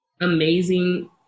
amazing